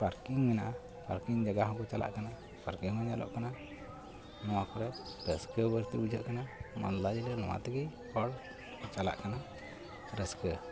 parking ᱢᱮᱱᱟᱜᱼᱟ parking ᱡᱟᱭᱜᱟ ᱦᱚᱸᱠᱚ ᱪᱟᱞᱟᱜ ᱠᱟᱱᱟ ᱯᱟᱨᱠᱤᱝᱦᱚᱸ ᱧᱮᱞᱚᱜ ᱠᱟᱱᱟ ᱱᱚᱣᱟ ᱠᱚᱨᱮ ᱨᱟᱹᱥᱠᱟᱹ ᱵᱟᱹᱲᱛᱤ ᱵᱩᱡᱷᱟᱹᱜ ᱠᱟᱱᱟ ᱢᱟᱞᱫᱟ ᱡᱮᱞᱟ ᱱᱚᱣᱟᱛᱮᱜᱮ ᱦᱚᱲ ᱪᱟᱞᱟᱜ ᱠᱟᱱᱟ ᱨᱟᱹᱥᱠᱟᱹ